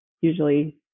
usually